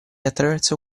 attraverso